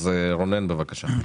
אז רונן, בבקשה.